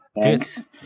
thanks